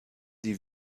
die